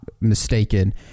mistaken